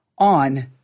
On